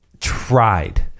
tried